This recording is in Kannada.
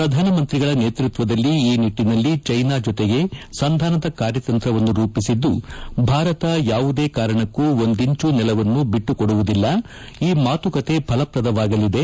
ಪ್ರಧಾನಮಂತಿಗಳ ನೇತ್ಪತ್ನದಲ್ಲಿ ಈ ನಿಟ್ಲಿನಲ್ಲಿ ಚ್ಚಿನಾ ಜೊತೆಗೆ ಸಂಧಾನದ ಕಾರ್ಯತಂತ್ರವನ್ನು ರೂಪಿಸಿದ್ದು ಭಾರತ ಯಾವುದೇ ಕಾರಣಕ್ಕೂ ಒಂದಿಂಚೂ ನೆಲವನ್ನು ಬಿಟ್ಟು ಕೊಡುವುದಿಲ್ಲ ಈ ಮಾತುಕತೆ ಫಲಪ್ರದವಾಗಲಿದೆ